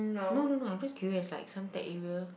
no no no I'm just curious like Suntec area